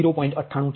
052442 જે 0